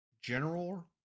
general